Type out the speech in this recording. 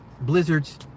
blizzards